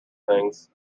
things